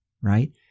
right